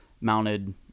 mounted